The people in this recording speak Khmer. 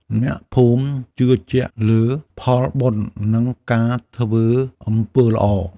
អ្នកភូមិជឿជាក់លើផលបុណ្យ និងការធ្វើអំពើល្អ។